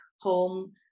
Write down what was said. home